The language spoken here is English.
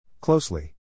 Closely